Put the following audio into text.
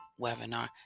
webinar